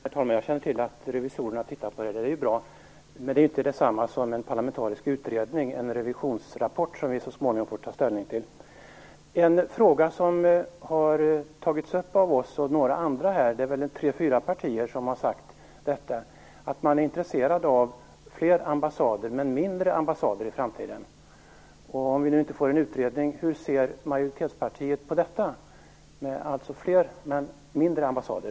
Herr talman! Jag känner till att revisorerna tittar på detta, och det är bra. Men en revisionsrapport, som vi så småningom får ta ställning till, är inte detsamma som en parlamentarisk utredning. Något som har tagits upp av oss och några andra - det är väl tre fyra partier som har sagt detta - är att man är intresserad av fler men mindre ambassader i framtiden. Om vi nu inte får en utredning, hur ser majoritetspartiet på detta med fler men mindre ambassader?